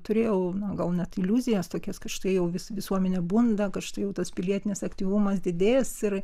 turėjau gal net iliuzijas tokias kad štai jau vis visuomenė bunda kad štai jau tas pilietinis aktyvumas didės ir